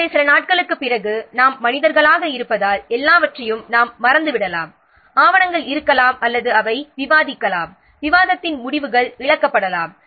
எனவே சில நாட்களுக்குப் பிறகு நாம் மனிதர்களாக இருப்பதால் எல்லாவற்றையும் நாம் மறந்துவிடலாம் ஆவணங்கள் இருக்கலாம் அல்லது அவை விவாதிக்கலாம் விவாதத்தின் முடிவுகள் இழக்கப்படலாம்